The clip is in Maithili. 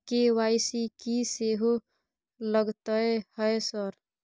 के.वाई.सी की सेहो लगतै है सर?